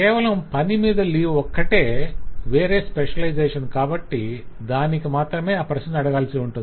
కేవలం 'పని మీద లీవ్' ఒక్కటే వేరే స్పెషలైజేషన్ కాబట్టి దానికి మాత్రమే ఆ ప్రశ్న అడగాల్సి ఉంటుంది